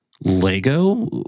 Lego